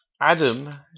Adam